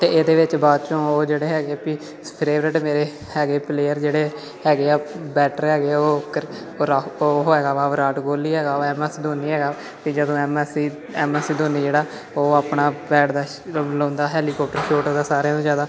ਅਤੇ ਇਹਦੇ ਵਿੱਚ ਬਾਅਦ 'ਚੋਂ ਉਹ ਜਿਹੜੇ ਹੈਗੇ ਵੀ ਫਵਰੇਟ ਮੇਰੇ ਹੈਗੇ ਪਲੇਅਰ ਜਿਹੜੇ ਹੈਗੇ ਆ ਬੈਟਰ ਹੈਗੇ ਉਹ ਉਹ ਹੈਗਾ ਵਾ ਵਿਰਾਟ ਕੋਹਲੀ ਹੈਗਾ ਵਾ ਐੱਮ ਐੱਸ ਧੋਨੀ ਹੈਗਾ ਵਾ ਅਤੇ ਜਦੋਂ M S M S Dhoni ਜਿਹੜਾ ਉਹ ਆਪਣਾ ਬੈਟ ਦਾ ਲਾਉਂਦਾ ਹੈਲੀਕੋਪਟਰ ਛੋਟ ਉਹਦਾ ਸਾਰਿਆਂ ਤੋਂ ਜ਼ਿਆਦਾ